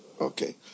Okay